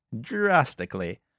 drastically